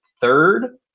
third